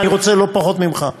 אני רוצה לא פחות ממך.